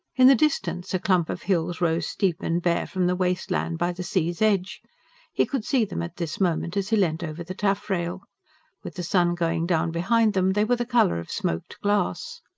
in the distance a clump of hills rose steep and bare from the waste land by the sea's edge he could see them at this moment as he leant over the taffrail with the sun going down behind them they were the colour of smoked glass.